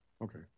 Okay